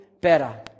better